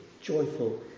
joyful